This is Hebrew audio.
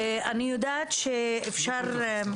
לא כל כך הצלחת.